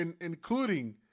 including